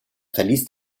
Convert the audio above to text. verließ